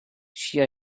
she